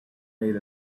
made